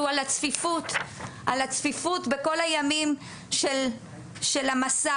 על הצעת החוק שלך ועל,